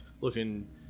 looking